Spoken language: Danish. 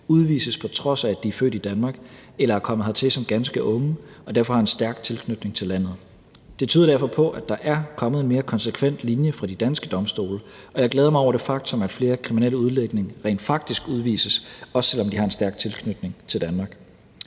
udvises, på trods af at de er født i Danmark eller er kommet hertil som ganske unge og derfor har en stærk tilknytning til landet. Det tyder derfor på, at der er kommet en mere konsekvent linje fra de danske domstole, og jeg glæder mig over det faktum, at flere kriminelle udlændinge rent faktisk udvises, også selv om de har en stærk tilknytning til Danmark.